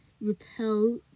repel